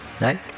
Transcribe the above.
Right